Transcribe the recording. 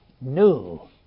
new